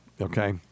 Okay